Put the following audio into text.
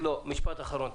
משפט אחרון.